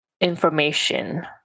information